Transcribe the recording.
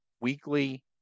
weekly